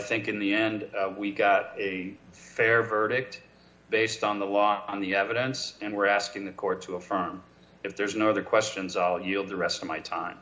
think in the end we got a fair verdict based on the law on the evidence and we're asking the court to affirm if there's no other questions i'll yield the rest of my time